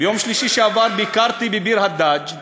ביקרתי בביר-הדאג'.